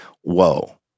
whoa